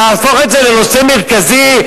להפוך את זה לנושא מרכזי,